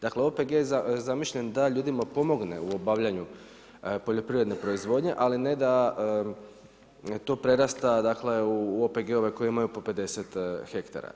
Dakle, OPG je zamišljen da ljudima pomogne u obavljanju poljoprivredne proizvodnje, ali ne da to prerasta u OPG-ove koji imaju po 50 hektara.